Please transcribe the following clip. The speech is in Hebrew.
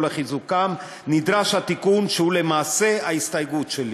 ולחיזוקם נדרש התיקון שהוא למעשה ההסתייגות שלי.